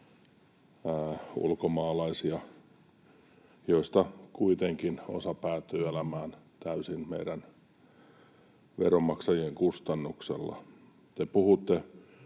ulkomaalaisia, joista kuitenkin osa päätyy elämään täysin meidän veronmaksajien kustannuksella.